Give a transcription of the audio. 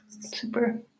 Super